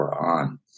on